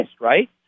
right